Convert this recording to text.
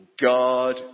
God